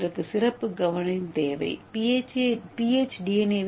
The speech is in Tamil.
இதற்கு சிறப்பு கவனம் தேவை pH டி